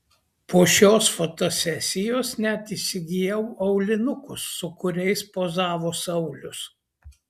po šios fotosesijos net įsigijau aulinukus su kuriais pozavo saulius